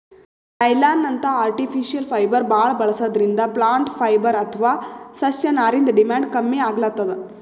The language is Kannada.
ನೈಲಾನ್ನಂಥ ಆರ್ಟಿಫಿಷಿಯಲ್ ಫೈಬರ್ ಭಾಳ್ ಬಳಸದ್ರಿಂದ ಪ್ಲಾಂಟ್ ಫೈಬರ್ ಅಥವಾ ಸಸ್ಯನಾರಿಂದ್ ಡಿಮ್ಯಾಂಡ್ ಕಮ್ಮಿ ಆಗ್ಲತದ್